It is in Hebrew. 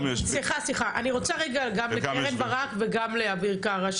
אני רוצה רגע גם לקרן ברק וגם לאביר קארה,